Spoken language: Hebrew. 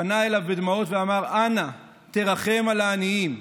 הוא פנה אליו בדמעות ואמר: אנא, תרחם על העניים.